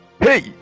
Hey